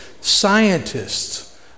scientists